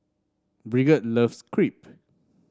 Brigitte loves Crepe